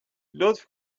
لطف